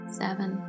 seven